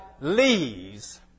leaves